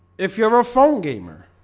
if you're a phone gamer